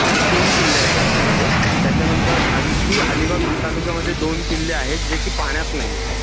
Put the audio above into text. असे तीन किल्ले आहेत आपल्याकडे त्याच्यानंतर आणखी अलिबाग तालुक्यामध्ये दोन किल्ले आहेत जे की पाण्यात नाही आहेत